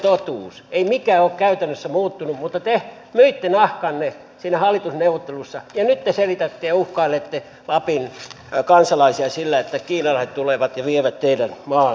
ei mikään ole käytännössä muuttunut mutta te myitte nahkanne siinä hallitusneuvottelussa ja nyt te selitätte ja uhkailette lapin kansalaisia sillä että kiinalaiset tulevat ja vievät teidän maanne